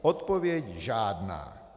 Odpověď žádná.